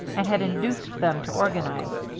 and had induced them to organize,